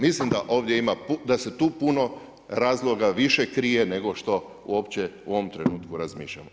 Mislim da ovdje ima, da se tu puno razloga više krije nego što uopće u ovom trenutku razmišljamo.